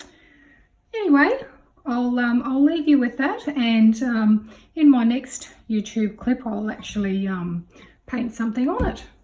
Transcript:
anyway i'll um i'll leave you with that and in my next youtube clip ah i'll actually um paint something on it.